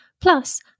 Plus